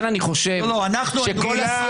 אנחנו ---,